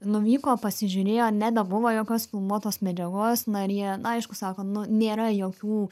nuvyko pasižiūrėjo nebebuvo jokios filmuotos medžiagos na ir jie aišku sako nu nėra jokių